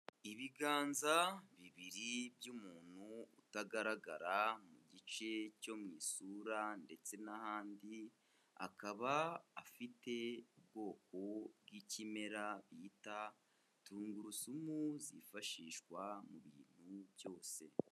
Ibiganza bibiri by'umuntu utagaragara mu gice cyo mu isura ndetse n'ahandi, akaba afite ubwoko bw'ikimera bita tungurusumu zifashishwa mu bintu byose.